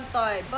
ah they